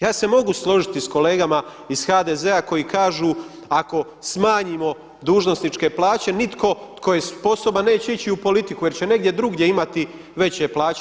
Ja se mogu složiti s kolegama iz HDZ koji kažu ako smanjimo dužnosničke plaće nitko tko je sposoban neće ići u politiku jer će negdje drugdje imati veće plaće.